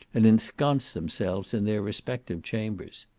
and ensconce themselves in their respective chambers.